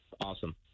Awesome